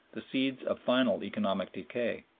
the seeds of final economic decay,